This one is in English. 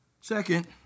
Second